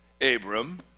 Abram